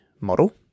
model